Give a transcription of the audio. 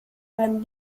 beim